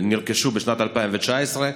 נרכשו בשנת 2019,